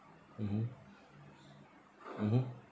mmhmm mmhmm